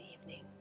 evening